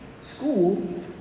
school